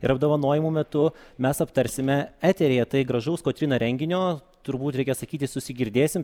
ir apdovanojimų metu mes aptarsime eteryje tai gražaus kotryna renginio turbūt reikia sakyti susigirdėsim